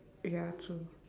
ya true